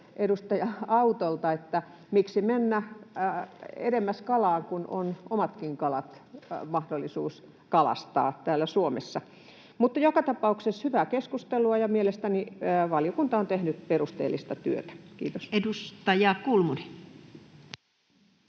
edustaja Autolta siitä, miksi mennä edemmäs kalaan, kun on mahdollisuus kalastaa omatkin kalat täällä Suomessa. Joka tapauksessa hyvää keskustelua, ja mielestäni valiokunta on tehnyt perusteellista työtä. — Kiitos. [Speech 46]